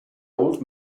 old